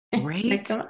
Right